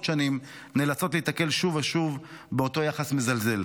שנים ונאלצות להיתקל שוב ושוב באותו יחס מזלזל.